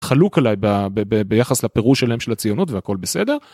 חלוק עליי ביחס לפירוש שלהם של הציונות והכל בסדר.